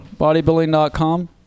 Bodybuilding.com